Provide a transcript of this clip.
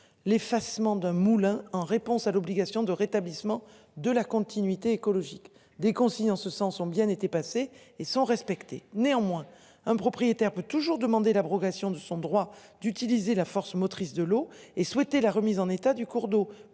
l'effacement d'un moulin en réponse à l'obligation de rétablissement de la continuité écologique des consignes en ce sens ont bien été passé et sont respectées néanmoins un propriétaire peut toujours demander l'abrogation de son droit d'utiliser la force motrice de l'eau et souhaité la remise en état du cours d'eau